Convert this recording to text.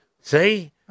See